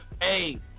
Hey